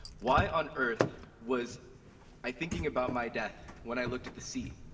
why on earth was i thinking about my death when i looked at the sea?